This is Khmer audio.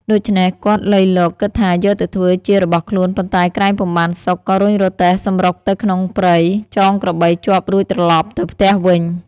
ដូច្នេះគាត់លៃលកគិតថាយកទៅធ្វើជារបស់ខ្លួនប៉ុន្តែក្រែងពុំបានសុខក៏រុញរទេះសំរុកទៅទុកក្នុងព្រៃ ចងក្របីជាប់រួចត្រឡប់ទៅផ្ទះវិញ ។